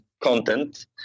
content